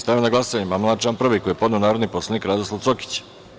Stavljam na glasanje amandman na član 2. koji je podneo narodni poslanik Radoslav Cokić.